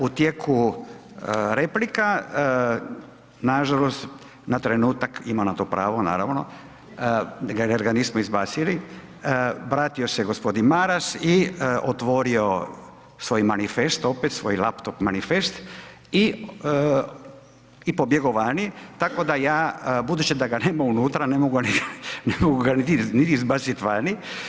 U tijeku replika nažalost na trenutak ima na to pravo naravno jer ga nismo izbacili, vratio se g. Maras i otvorio svoj manifest opet, svoj laptop manifest i pobjegao vani, tako da ja, budući da ga nema unutra, ne mogu ga ni izbacit vani.